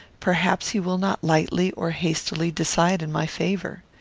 perhaps he will not lightly or hastily decide in my favour.